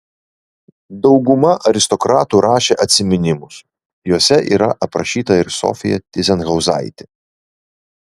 dauguma aristokratų rašė atsiminimus juose yra aprašyta ir sofija tyzenhauzaitė